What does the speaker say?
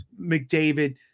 McDavid